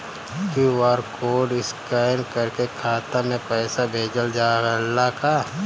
QR code scan करके खाता में पैसा भेजल जाला का?